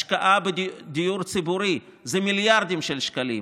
השקעה בדיור ציבורי זה מיליארדים של שקלים,